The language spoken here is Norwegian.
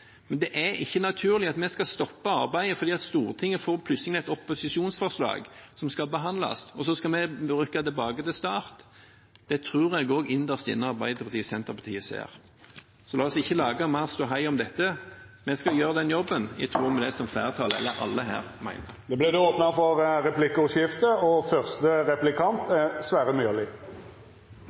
Men det er ikke naturlig at vi skal stoppe arbeidet fordi Stortinget plutselig får et opposisjonsforslag som skal behandles, og så skal vi rykke tilbake til start. Det tror jeg at også Arbeiderpartiet og Senterpartiet innerst inne ser. La oss ikke lage mer ståhei om dette. Vi skal gjøre den jobben i tråd med det flertallet, ja, alle her, mener. Det